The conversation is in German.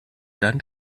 dann